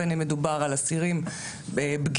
בין אם מדובר על אסירים בגירים,